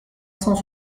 cent